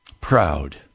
proud